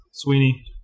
Sweeney